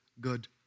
good